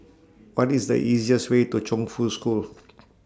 What IS The easiest Way to Chongfu School